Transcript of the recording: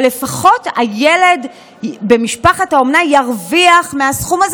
אבל לפחות הילד במשפחת האומנה ירוויח מהסכום הזה,